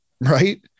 Right